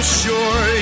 sure